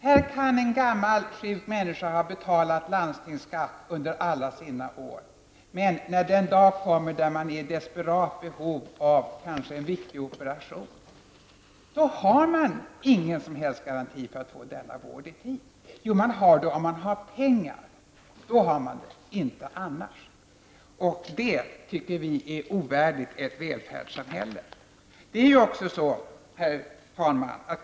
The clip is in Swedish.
Här kan en gammal sjuk människa ha betalat landstingsskatt under alla sina år, men när den dag kommer då man är i desperat behov av t.ex. en viktig operation har man ingen garanti för att få denna vård i tid. Om man har pengar har man det, inte annars. Det tycker vi är ovärdigt ett välfärdssamhälle. Herr talman!